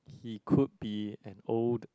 he could be an old